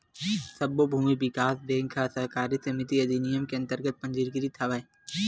सब्बो भूमि बिकास बेंक ह सहकारी समिति अधिनियम के अंतरगत पंजीकृत हवय